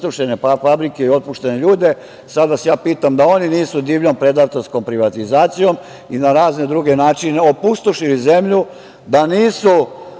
i otpuštene ljude. Sada pitam – da oni nisu divljom, predatorskom privatizacijom i na razne druge načine opustošili zemlju, da nisu